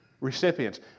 recipients